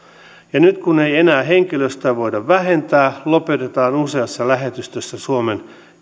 nyt kun ei enää henkilöstöä voida vähentää lopetetaan useassa lähetystössä suomen